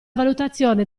valutazione